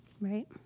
right